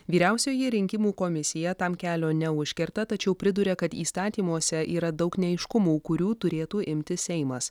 vyriausioji rinkimų komisija tam kelio neužkerta tačiau priduria kad įstatymuose yra daug neaiškumų kurių turėtų imtis seimas